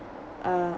uh